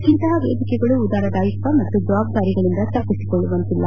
ಇಂತಹ ವೇದಿಕೆಗಳು ಉತ್ತರದಾಯಿತ್ವ ಮತ್ತು ಜವಾಬ್ದಾರಿಗಳಿಂದ ತಪ್ಪಿಸಿಕೊಳ್ಳುವಂತಿಲ್ಲ